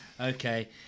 Okay